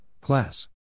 Class